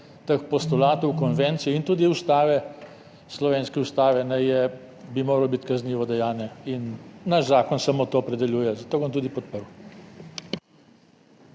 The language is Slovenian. teh postulatov, konvencij in tudi ustave, slovenske ustave, bi moralo biti kaznivo dejanje. In naš zakon samo to opredeljuje, zato bom tudi podprl.